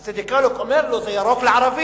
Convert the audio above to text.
אז טדי קולק אומר לו: זה ירוק לערבים.